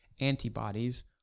antibodies